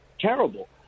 terrible